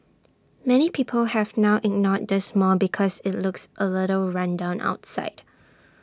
many people have now ignored this mall because IT looks A little run down outside